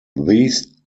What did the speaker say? these